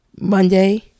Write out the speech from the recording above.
monday